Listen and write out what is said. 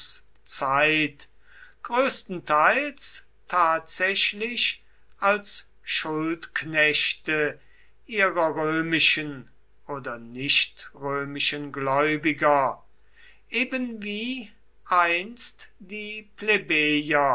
zeit größtenteils tatsächlich als schuldknechte ihrer römischen oder nichtrömischen gläubiger ebenwie einst die